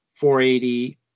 480